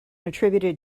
attributed